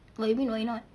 what you mean why not